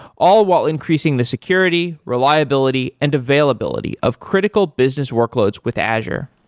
all while increasing the security, reliability and availability of critical business workloads with azure.